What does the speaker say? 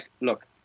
look